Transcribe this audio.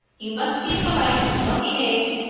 you must be polite and well behaved,